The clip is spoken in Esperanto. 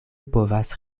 povas